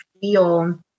feel